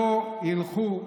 שלא ילכו,